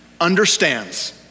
understands